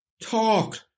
Talk